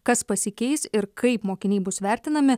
kas pasikeis ir kaip mokiniai bus vertinami